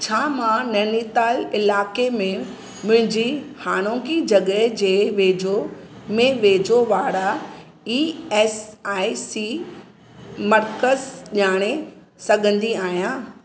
छा मां नैनीताल इलाइक़े में मुंहिंजी हाणोकी जॻहि जे वेझो में वेझो वारा ई एस आइ सी मर्कज़ ॼाणे सघंदी आहियां